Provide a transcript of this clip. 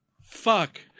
Fuck